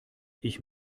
ich